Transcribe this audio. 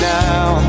now